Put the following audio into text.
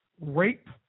rape